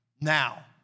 now